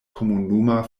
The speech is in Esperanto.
komunuma